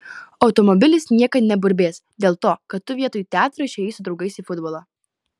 automobilis niekad neburbės dėl to kad tu vietoj teatro išėjai su draugais į futbolą